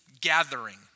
gathering